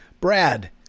Brad